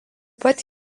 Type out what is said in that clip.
pat